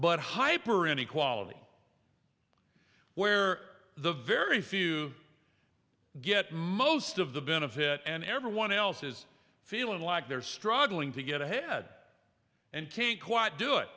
but hyper inequality where the very few get most of the benefit and everyone else is feeling like they're struggling to get ahead and can't quite do it